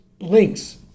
links